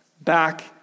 back